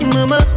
Mama